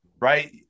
right